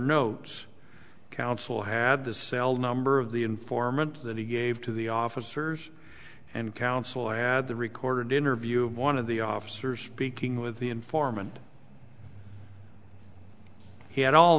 notes counsel had the cell number of the informant that he gave to the officers and counsel had the recorded interview of one of the officers speaking with the informant he had all